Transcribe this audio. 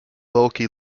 bulky